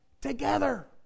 together